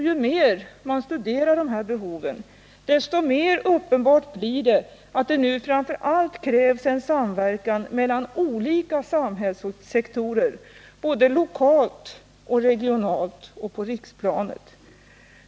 Ju mer man studerar dessa behov, desto mer uppenbart blir det att det nu framför allt krävs en samverkan mellan olika samhällssektorer, såväl lokalt och regionalt som på riksplanet.